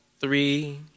three